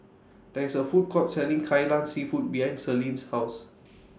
There IS A Food Court Selling Kai Lan Seafood behind Selene's House